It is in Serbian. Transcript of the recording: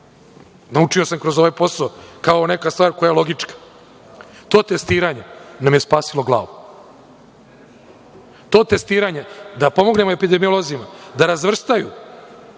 naučio sam kroz ovaj posao kao neka stvar koja je logička, to testiranje nam je spasilo glavu. To testiranje, da pomognemo epidemiolozima, da razvrstaju